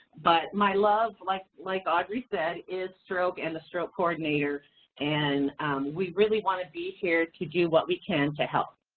but my love, like like audrey said, is stroke and the stroke coordinator and we really wanna be here to do what we can to help.